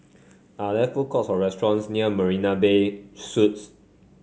are there food courts or restaurants near Marina Bay Suites